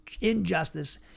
injustice